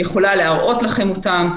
אני יכולה להראות לכם אותם.